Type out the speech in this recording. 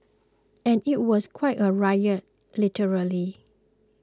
and it was quite a riot literally